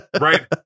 right